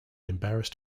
embarrassed